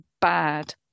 bad